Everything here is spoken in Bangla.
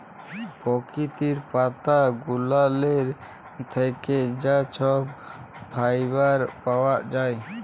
পরকিতির পাতা গুলালের থ্যাইকে যা ছব ফাইবার পাউয়া যায়